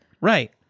Right